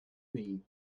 mean